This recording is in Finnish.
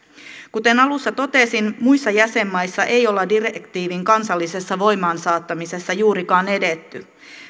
kuten alussa totesin muissa jäsenmaissa ei olla direktiivin kansallisessa voimaansaattamisessa juurikaan edetty